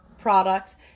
product